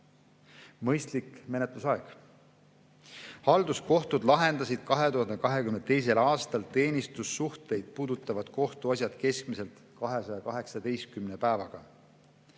Mõistlik menetlusaeg. Halduskohtud lahendasid 2022. aastal teenistussuhteid puudutavad kohtuasjad keskmiselt 218 päevaga.